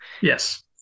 Yes